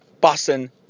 Boston